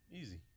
Easy